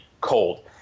cold